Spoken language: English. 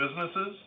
businesses